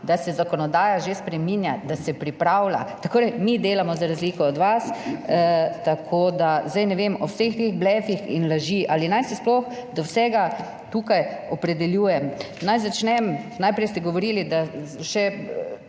da se zakonodaja že spreminja, da se pripravlja. Tako da mi delamo za razliko od vas, tako da. Zdaj ne vem ob vseh teh blefih in laži ali naj se sploh do vsega tukaj opredeljujem. Naj začnem, najprej ste govorili, da še